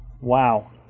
Wow